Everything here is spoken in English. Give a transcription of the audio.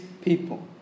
people